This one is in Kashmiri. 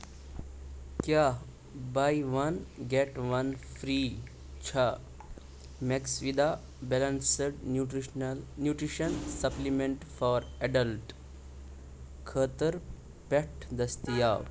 کیٛاہ buy one get one free چھا Maxvida balanced nutritional nutrition supplement for adult خٲطرٕ پٮ۪ٹھ دٔستیاب